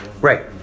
Right